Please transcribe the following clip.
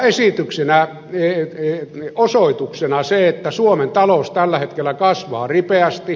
siitä on osoituksena se että suomen talous tällä hetkellä kasvaa ripeästi